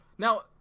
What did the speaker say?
Now